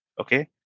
Okay